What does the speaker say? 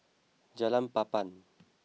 Jalan Papan